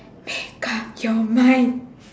make up your mind